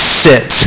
sit